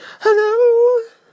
Hello